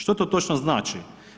Što to točno znači?